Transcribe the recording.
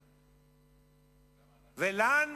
למה,